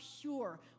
pure